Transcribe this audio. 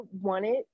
wanted